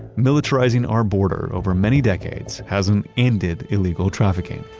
militarizing our border over many decades hasn't ended illegal trafficking.